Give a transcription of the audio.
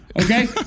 Okay